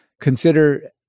consider